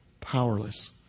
powerless